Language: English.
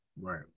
right